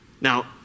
Now